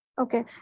Okay